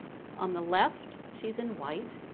on the left, she's in white,